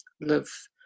live